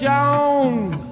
Jones